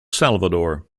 salvador